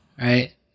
Right